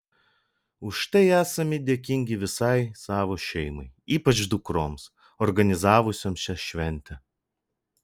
už tai esami dėkingi visai savo šeimai ypač dukroms organizavusioms šią šventę